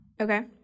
Okay